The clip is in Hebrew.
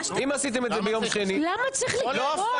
אם עשיתם את זה ביום שני --- למה צריך לקבוע?